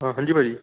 ਹਾਂ ਹਾਂਜੀ ਭਾਅ ਜੀ